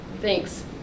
Thanks